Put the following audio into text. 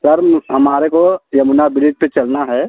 sir हमारे को Yamuna bridge पर चलना है